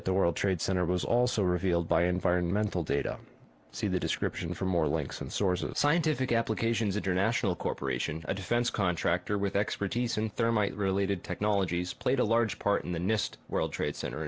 at the world trade center was also revealed by environmental data see the description for more links and source of scientific applications international corporation a defense contractor with expertise and thermite related technologies played a large part in the nist world trade cent